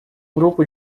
grupo